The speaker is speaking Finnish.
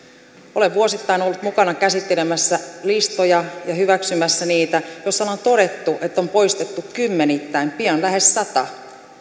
olen vuosittain ollut mukana käsittelemässä ja hyväksymässä listoja joissa on on todettu että on poistettu kymmenittäin rajaesteitä pian lähes sata